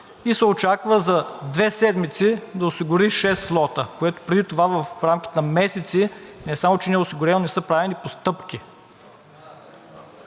и се очаква за две седмици да осигури шест слота, което преди това в рамките на месеци не само че не е осигурено, ами не са правени постъпки.